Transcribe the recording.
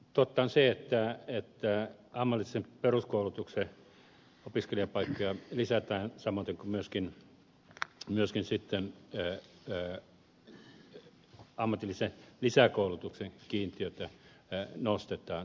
totta on se että ammatillisen peruskoulutuksen opiskelijapaikkoja lisätään samoiten kuin myöskin ammatillisen lisäkoulutuksen kiintiötä nostetaan